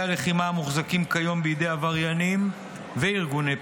הלחימה המוחזקים כיום בידי עבריינים וארגוני פשיעה,